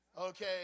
Okay